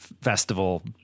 festival